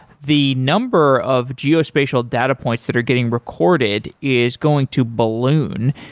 the number of geospatial data points that are getting recorded is going to balloon.